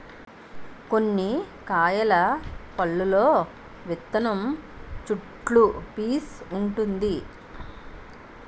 కొన్ని కాయల పల్లులో విత్తనం చుట్టూ పీసూ వుంటుంది